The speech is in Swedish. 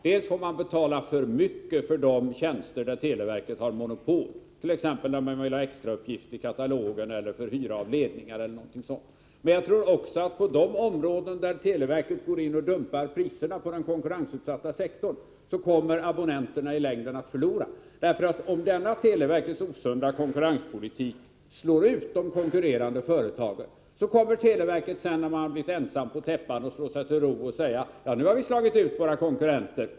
Man får betala för mycket för de tjänster där televerket har monopol, t.ex. när man vill ha extra uppgifter införda i katalogen eller när man vill hyra en ledning. Även när televerket går in och dumpar priserna på den konkurrensutsatta sektorn kommer abonnenterna i längden att förlora. För om denna televerkets osunda konkurrenspolitik slår ut de konkurrerande företagen kommer televerket, sedan verket blivit ensamt på täppan, att slå sig till ro och säga: Nu har vi slagit ut våra konkurrenter.